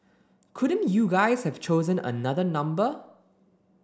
couldn't you guys have chosen another number